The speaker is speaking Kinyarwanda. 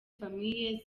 famille